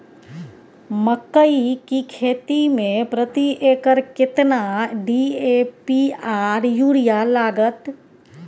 मकई की खेती में प्रति एकर केतना डी.ए.पी आर यूरिया लागत?